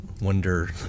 wonder